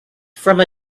from